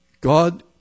God